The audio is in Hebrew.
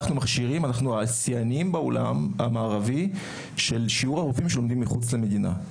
אנחנו השיאנים בעולם המערבי בשיעור הרופאים שלומדים מחוץ למדינה.